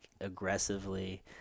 aggressively –